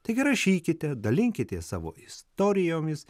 taigi rašykite dalinkitės savo istorijomis